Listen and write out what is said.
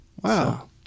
Wow